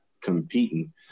competing